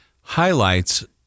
highlights